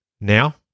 Now